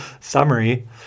summary